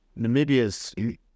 Namibia's